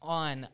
on